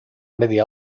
media